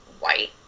white